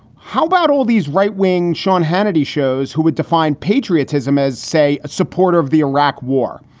how about all these right wing sean hannity shows who would define patriotism as, say, a supporter of the iraq war?